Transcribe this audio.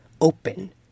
open